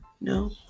no